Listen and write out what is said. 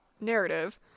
narrative